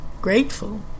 grateful